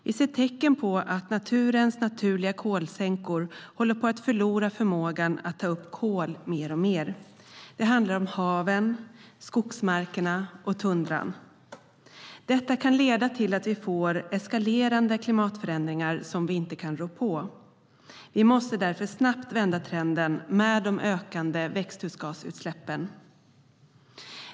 Vi ser tecken på att naturens naturliga kolsänkor alltmer håller på att förlora förmågan att ta upp kol. Det handlar om haven, skogsmarkerna och tundran. Detta kan leda till att vi får eskalerande klimatförändringar som vi inte kan rå på. Vi måste därför snabbt vända trenden med de ökande växthusgasutsläppen.